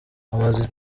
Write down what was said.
amaze